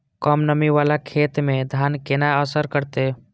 कम नमी वाला खेत में धान केना असर करते?